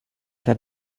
had